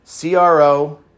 CRO